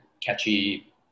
catchy